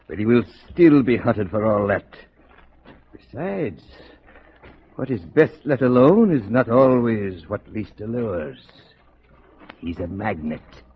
but he will still be hunted for all that besides what his best let alone is not always what least a lures he's a magnet